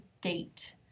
date